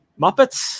Muppets